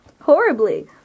Horribly